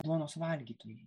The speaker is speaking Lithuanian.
duonos valgytojai